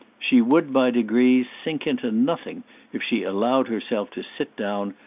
she would by degrees sink into nothing if she allowed herself to sit down,